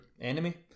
Enemy